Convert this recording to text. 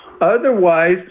Otherwise